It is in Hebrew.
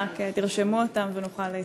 רק תרשמו אותם ונוכל להתקדם.